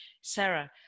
Sarah